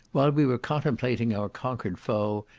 while we were contemplating our conquered foe,